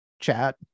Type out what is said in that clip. chat